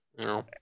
No